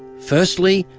firstly,